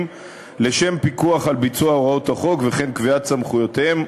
לשם פיקוח על ביצוע הוראות החוק וקביעת סמכויותיהם.